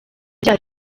agira